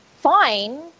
fine